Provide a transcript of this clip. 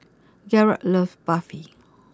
Garett loves Barfi